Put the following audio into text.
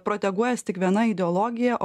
proteguojas tik viena ideologija o